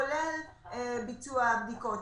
כולל ביצוע הבדיקות,